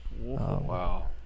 wow